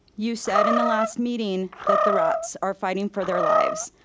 you said in the last meeting that the rats are fighting for their lives.